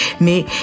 Mais